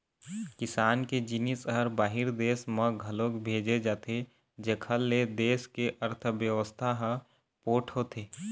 किसान के जिनिस ह बाहिर देस म घलोक भेजे जाथे जेखर ले देस के अर्थबेवस्था ह पोठ होथे